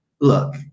look